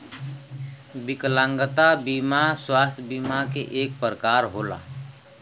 विकलागंता बिमा स्वास्थ बिमा के एक परकार होला